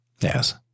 Yes